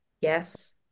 Yes